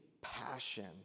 passion